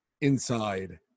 inside